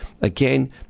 again